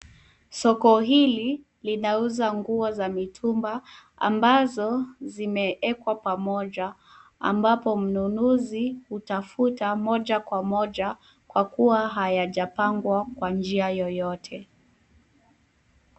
Soko hili linauza nguo za mitumba ambazo zimewekwa pamoja, ambapo mnunuzi hutafuta moja kwa moja kwa kuwa hayajapangwa kwa njia yoyote.